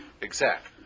exact